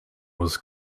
was